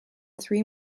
three